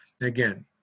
Again